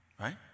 right